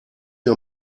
mir